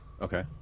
Okay